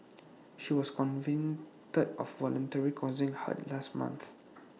she was convicted of voluntarily causing hurt last month